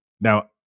now